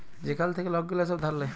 যেখাল থ্যাইকে লক গিলা ছব ধার লেয়